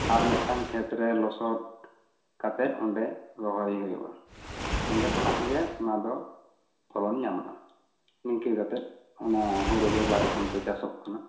ᱟᱨ ᱢᱤᱫ ᱴᱟᱝ ᱠᱷᱮᱛ ᱨᱮ ᱞᱚᱥᱚᱫ ᱠᱟᱛᱮᱫ ᱚᱸᱰᱮ ᱨᱚᱦᱚᱭ ᱦᱳᱭᱳᱜᱼᱟ ᱚᱸᱰᱮ ᱠᱷᱚᱱᱟᱜᱮ ᱚᱱᱟ ᱫᱚ ᱯᱷᱚᱞᱚᱱ ᱧᱟᱢᱚᱜᱼᱟ ᱤᱱᱠᱟᱹ ᱠᱟᱛᱮᱫ ᱚᱱᱟ ᱦᱳᱲᱳ ᱫᱚ ᱵᱟᱨ ᱨᱚᱠᱚᱢ ᱛᱮ ᱪᱟᱥᱚᱜ ᱠᱟᱱᱟ